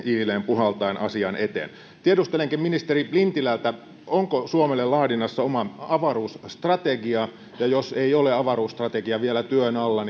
hiileen puhaltaen asian eteen tiedustelenkin ministeri lintilältä onko suomelle laadinnassa oma avaruusstrategia jos ei ole avaruusstrategia vielä työn alla